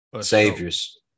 Saviors